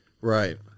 Right